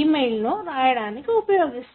email నో రాయడానికి ఉపయోగిస్తారు